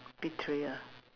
betray ah